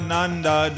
Nanda